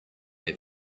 have